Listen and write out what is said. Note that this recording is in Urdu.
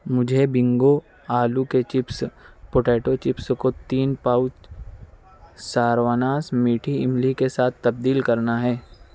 مجھے بنگو آلو کے چپس پوٹیٹو چپس کو تین پاؤچ ساروناز میٹھی املی کے ساتھ تبدیل کرنا ہے